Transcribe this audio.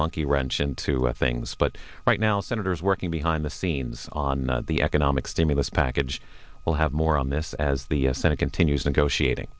monkey wrench into things but right now senators working behind the scenes on the economic stimulus package we'll have more on this as the senate continues negotiating